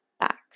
back